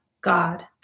God